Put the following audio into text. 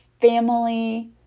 family